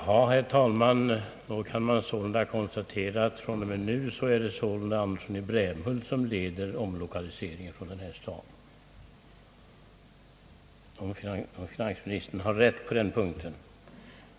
Herr talman! Då kan man sålunda konstatera, att det från och med nu är herr Andersson i Brämhult som leder omlokaliseringen från denna stad — om finansministern har rätt på den punkten!